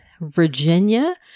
Virginia